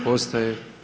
Postoje.